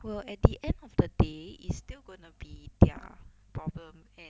at the end of the day it's still going to be their problem and